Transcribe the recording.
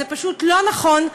זה פשוט לא נכון.